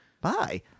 bye